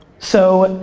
so,